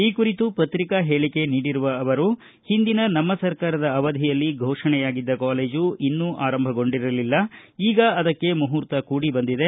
ಈ ಕುರಿತು ಪ್ರಕ್ರಿಕಾ ಹೇಳಿಕೆ ನೀಡಿರುವ ಅವರು ಹಿಂದಿನ ನಮ್ನ ಸರ್ಕಾರದ ಅವಧಿಯಲ್ಲಿ ಘೋಷಣೆಯಾಗಿದ್ದ ಕಾಲೇಜು ಇನ್ನೂ ಆರಂಭಗೊಂಡಿರಲಿಲ್ಲ ಈಗ ಆದಕ್ಕೆ ಮುಹೂರ್ತ ಕೂಡಿಬಂದಿದೆ